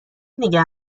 نگه